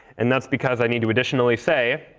and that's because i need to additionally say,